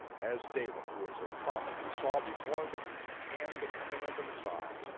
as david, who was a prophet, who saw before the hand the coming of the messiah,